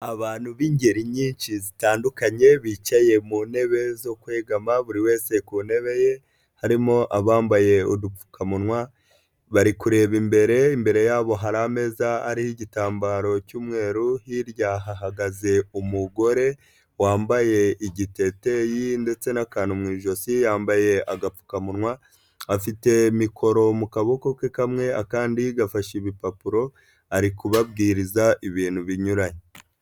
Abantu b'ingeri nyinshi zitandukanye bicaye mu ntebe zo kwegama buri wese ku ntebe ye, harimo abambaye udupfukamunwa bari kureba imbere, imbere yabo hari ameza ariho igitambaro cy'umweru, hirya hahagaze umugore wambaye igiteteyi ndetse n'akantu mu ijosi yambaye agapfukamunwa, afite mikoro mu kaboko ke kamwe akandi gafashe ibipapuro ari kubabwiriza ibintu binyuranye.